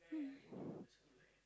mm